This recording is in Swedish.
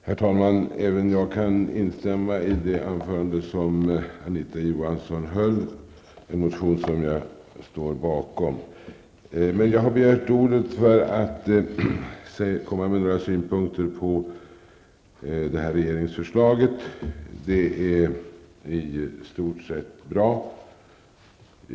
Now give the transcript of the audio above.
Herr talman! Även jag kan instämma i det anförande som Anita Johansson höll. Det är en motion som jag står bakom. Men jag har begärt ordet för att komma med några synpunkter på detta regeringsförslag. Det är i stort sett bra.